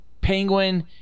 Penguin